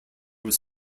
was